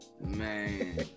Man